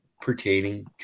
pertaining